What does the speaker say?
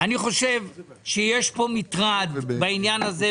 אני חושב שיש מטרד בעניין הזה,